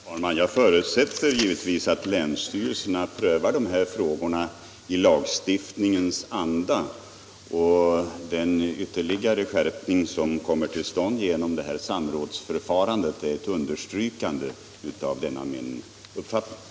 Herr talman! Jag förutsätter givetvis att länsstyrelserna prövar dessa frågor i lagstiftningens anda. Den ytterligare skärpning som kommer till stånd genom samrådsförfarandet är ett understrykande av denna min uppfattning.